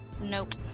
Nope